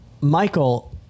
Michael